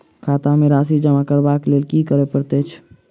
खाता मे राशि जमा करबाक लेल की करै पड़तै अछि?